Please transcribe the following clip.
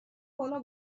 بالا